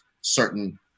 certain